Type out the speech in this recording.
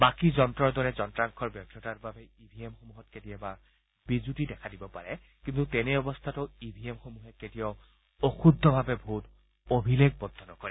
বাকী যন্ত্ৰৰ দৰে যন্ত্ৰাংশৰ ব্যৰ্ধতাৰ বাবে ই ভি এমসমূহত কেতিয়াবা বিজুতি দেখা দিব পাৰে কিন্তু তেনে অৱস্থাটো ই ভি এমসমূহে কেতিয়াও অশুদ্ধভাৱে ভোট অভিলেখবদ্ধ নকৰে